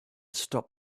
stop